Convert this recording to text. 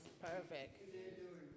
perfect